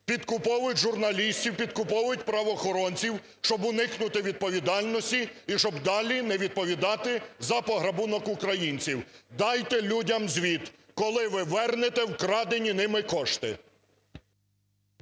підкуповують журналістів, підкуповують правоохоронців, щоб уникнути відповідальності і щоб далі не відповідати за пограбунок українців. Дайте людям звіт, коли ви вернете вкрадені ними кошти.